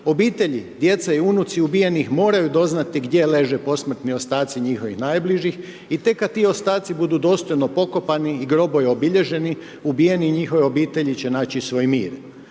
obitelji, djece i unuci ubijenih moraju doznati, gdje leže posmrtni ostaci njihovih najbližih i tek kada ti ostaci budu dostojno pokopani i grobovi obilježeni, ubijeni i njihove obitelji će naći svoj mir.